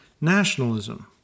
nationalism